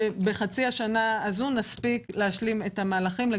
שבחצי השנה הזו נספיק להשלים את המהלכים.